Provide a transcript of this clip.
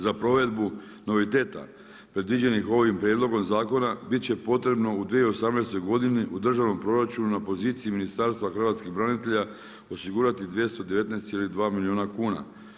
Za provedbu noviteta predviđenih ovim prijedlogom zakona, biti će potrebno u 2018. godini u državnom proračunu na poziciji Ministarstva hrvatskih branitelja, osigurati 219,2 milijuna kuna.